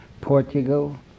Portugal